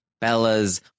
Bella's